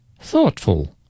thoughtful